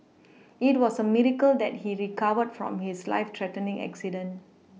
it was a miracle that he recovered from his life threatening accident